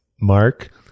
Mark